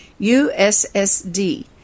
USSD